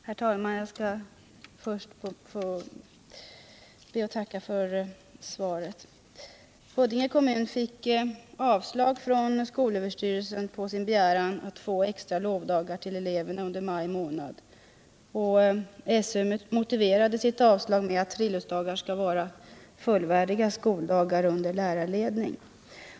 Herr talman! Jag skall först be att få tacka för svaret. Huddinge kommun fick avslag från skolöverstyrelsen på sin begäran att få extra lovdagar till eleverna under maj månad. SÖ motiverade sitt avslag med att friluftsdagar skall vara fullvärdiga skoldagar under lärarledning.